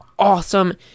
awesome